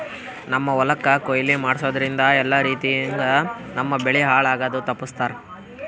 ನಮ್ಮ್ ಹೊಲಕ್ ಕೊಯ್ಲಿ ಮಾಡಸೂದ್ದ್ರಿಂದ ಎಲ್ಲಾ ರೀತಿಯಂಗ್ ನಮ್ ಬೆಳಿ ಹಾಳ್ ಆಗದು ತಪ್ಪಸ್ತಾರ್